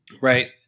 Right